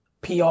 PR